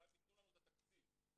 גם אם יתנו לנו עת התקציב לזה,